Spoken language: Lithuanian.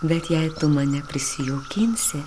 bet jei tu mane prisijaukinsi